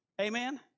Amen